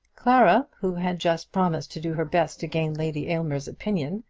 clara, who had just promised to do her best to gain lady aylmer's opinion,